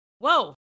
Whoa